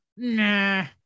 nah